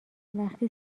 وقتی